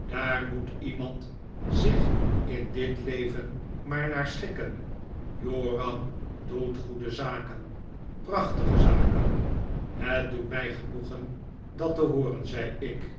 daar moet iemand zich in dit leven maar naar schikken joram doet goede zaken prachtige zaken het doet mij genoegen dat te hooren zei ik